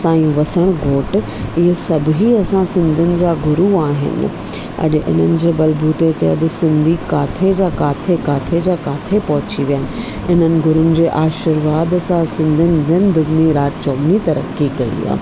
साईं वसणु घोट इहे सभु ई असां सिंधियुनि जा गुरू आहिनि अॼु इन्हनि जे बलबूते ते अॼु सिंधी किथे जा किथे किथे जा किथे पहुची विया आहिनि इन्हनि गुरूनि जे आशीर्वाद सां सिंधियुनि दिन दूनी रात चौगनी तरक़ी कई आहे